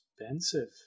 expensive